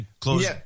close